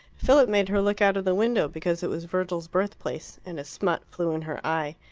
philip made her look out of the window because it was virgil's birthplace, and a smut flew in her eye,